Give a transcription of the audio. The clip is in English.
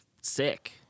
sick